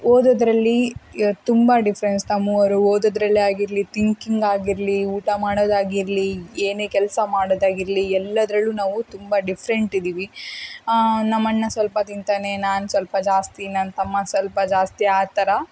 ಓದೋದರಲ್ಲಿ ತುಂಬ ಡಿಫ್ರೆನ್ಸ್ ನಾವು ಮೂವರು ಓದೋದರಲ್ಲೇ ಆಗಿರಲಿ ತಿಂಕಿಂಗ್ ಆಗಿರಲಿ ಊಟ ಮಾಡೋದು ಆಗಿರಲಿ ಏನೇ ಕೆಲಸ ಮಾಡೋದಾಗಿರಲಿ ಎಲ್ಲದರಲ್ಲೂ ನಾವು ತುಂಬ ಡಿಫ್ರೆಂಟ್ ಇದ್ದೀವಿ ನಮ್ಮಣ್ಣ ಸ್ವಲ್ಪ ತಿನ್ನುತ್ತಾನೆ ನಾನು ಸ್ವಲ್ಪ ಜಾಸ್ತಿ ನನ್ನ ತಮ್ಮ ಸ್ವಲ್ಪ ಜಾಸ್ತಿ ಆ ಥರ